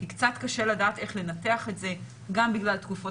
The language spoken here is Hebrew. כי קצת קשה לדעת איך לנתח את זה גם בגלל תקופות